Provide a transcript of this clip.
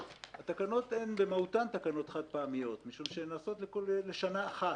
התקנות הן במהותן תקנות חד פעמיות משום שהן נעשות לשנה אחת.